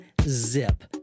Zip